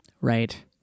Right